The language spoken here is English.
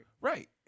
right